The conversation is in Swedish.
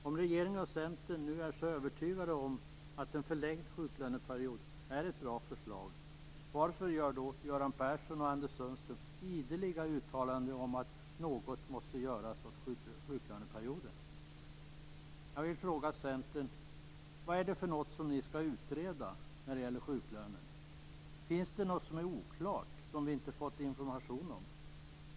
Om regeringen och Centern nu är så övertygade om att en förlängd sjuklöneperiod är ett bra förslag - varför gör då Göran Persson och Anders Sundström ideliga uttalanden om att något måste göras åt sjuklöneperioden? Jag vill fråga Centern: Vad är det som skall utredas när det gäller sjuklönen? Finns det något som är oklart och som vi inte har fått information om?